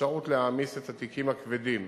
אפשרות להעמיס את התיקים הכבדים